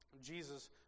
Jesus